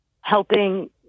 helping